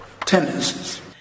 tendencies